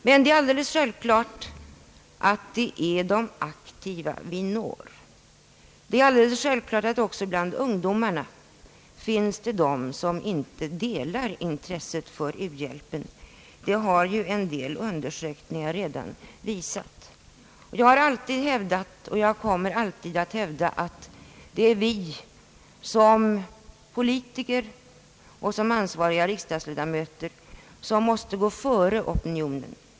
Men det är alldeles givet att det är de aktiva vi når. Det är alldeles självklart att också bland ungdomarna finns de som inte delar intresset för u-hjälpen. Det har ju en del undersökningar redan visat. Jag har alltid hävdat och kommer alltid att hävda att det är vi som politiker och som ansvariga riksdagsledamöter som måste gå före opinionen.